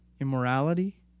immorality